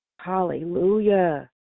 Hallelujah